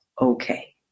okay